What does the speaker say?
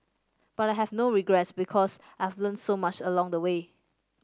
but I have no regrets because I've learnt so much along the way